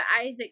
Isaac